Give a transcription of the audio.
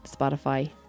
Spotify